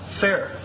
Fair